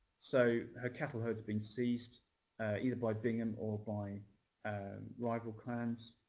so her cattle had been seized either by bingham or by rival clans.